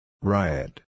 Riot